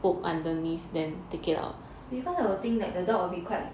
because I will think that the dog will be quite